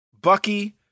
Bucky